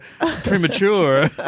premature